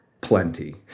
plenty